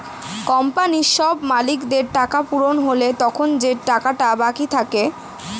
কোম্পানির সব মালিকদের টাকা পূরণ হলে তখন যে টাকাটা বাকি থাকে